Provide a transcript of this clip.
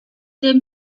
them